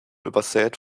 übersät